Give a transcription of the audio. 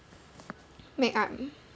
make up